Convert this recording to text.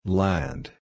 land